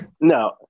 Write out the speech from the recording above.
no